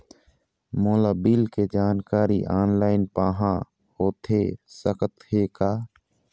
मोला बिल के जानकारी ऑनलाइन पाहां होथे सकत हे का?